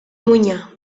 muina